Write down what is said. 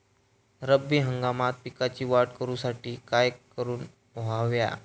रब्बी हंगामात पिकांची वाढ करूसाठी काय करून हव्या?